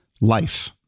life